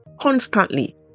constantly